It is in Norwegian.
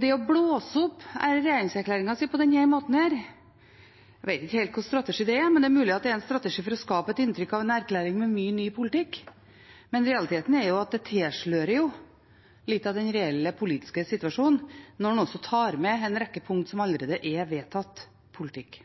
Det å blåse opp regjeringserklæringen på denne måten – jeg vet ikke helt hva slags strategi det er, men det er mulig det er en strategi for å skape et inntrykk av en erklæring med mye ny politikk. Realiteten er at det tilslører litt av den reelle politiske situasjonen når man også tar med en rekke punkt som allerede er vedtatt politikk.